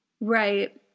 right